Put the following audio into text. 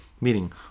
meaning